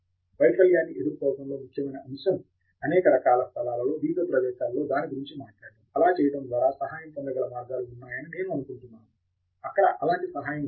దేశ్పాండే వైఫల్యాన్ని ఎదుర్కోవడంలో ముఖ్యమైన అంశం అనేక రకాల స్థలాలలో వివిధ ప్రదేశాలలో దాని గురించి మాట్లాడటం అలా చేయటం ద్వారా సహాయం పొందగల మార్గాలు ఉన్నాయని నేను అనుకుంటున్నాను అక్కడ అలాంటి సహాయం ఉంటుంది